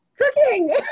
cooking